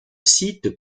site